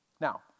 Now